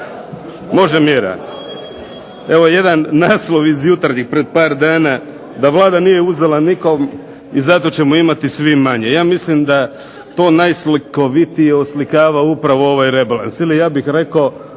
Može mira. Evo jedan naslov iz Jutarnjih pred par dana. Da Vlada nije uzela nikom i zato ćemo imati svi manje. Ja mislim da to najslikovitije oslikava upravo ovaj rebalans. Ili ja bih rekao,